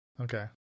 Okay